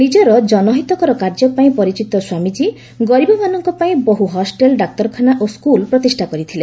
ନିଜର ଜନହିତକର କାର୍ଯ୍ୟପାଇଁ ପରିଚିତ ସ୍ୱାମିଜୀ ଗରିବମାନଙ୍କ ପାଇଁ ବହୁ ହଷ୍ଟେଲ୍ ଡାକ୍ତରଖାନା ଓ ସ୍କୁଲ୍ ପ୍ରତିଷ୍ଠା କରିଥିଲେ